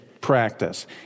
practice